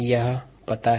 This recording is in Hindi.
यह ज्ञात है